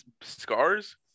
scars